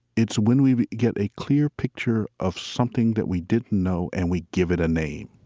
it's when we get a clear picture of something that we didn't know and we give it a name